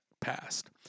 passed